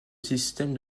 système